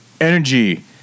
energy